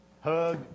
Hug